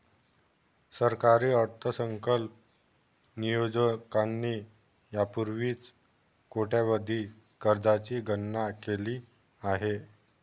सरकारी अर्थसंकल्प नियोजकांनी यापूर्वीच कोट्यवधी कर्जांची गणना केली आहे